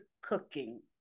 cooking